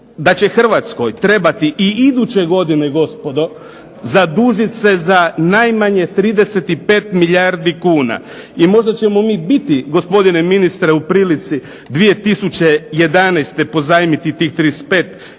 da će Hrvatskoj trebati i iduće godine gospodo, zadužiti se za najmanje 35 milijardi kuna. I možda ćemo mi biti gospodine ministre u prilici 2011. pozajmiti tih 35 milijardi